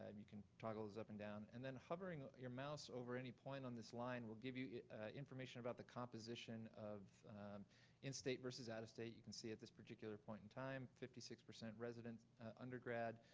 and you can toggle this up and down. and then hovering your mouse over any point on this line will give you information about the composition of in-state versus out-of-state. you can see at this particular point in time, fifty six percent resident undergrad,